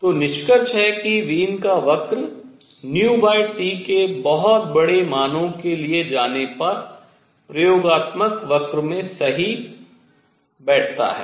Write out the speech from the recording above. तो निष्कर्ष है कि वीन का वक्र νT के बहुत बड़े मानों के लिए जाने पर प्रयोगात्मक वक्र में सही बैठता है